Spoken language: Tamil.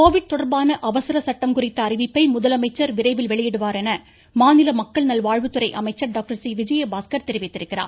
கோவிட் தொடர்பான அவசர சட்டம் குறித்த அறிவிப்பை முதலமைச்சர் விரைவில் வெளியிடுவார் என மாநில மக்கள் நல்வாழ்வுத்துறை அமைச்சர் டாக்டர் சி விஜயபாஸ்கர் தெரிவித்துள்ளார்